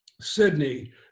Sydney